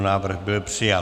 Návrh byl přijat.